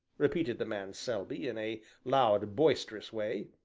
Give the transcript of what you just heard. repeated the man selby, in a loud, boisterous way.